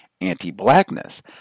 anti-blackness